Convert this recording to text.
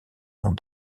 ans